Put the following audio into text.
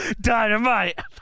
Dynamite